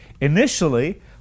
Initially